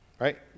right